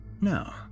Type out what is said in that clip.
No